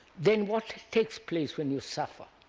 then what takes place when you suffer?